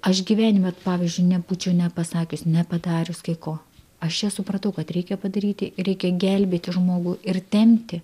aš gyvenime pavyzdžiui nebūčiau nepasakius nepadarius kai ko aš čia supratau kad reikia padaryti reikia gelbėti žmogų ir tempti